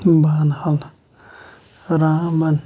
Banihal Ramban